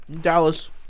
Dallas